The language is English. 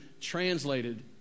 translated